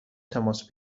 تماس